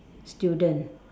student